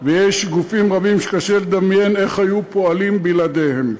ויש גופים רבים שקשה לדמיין איך היו פועלים בלעדיהם.